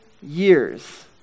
years